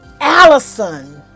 Allison